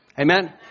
Amen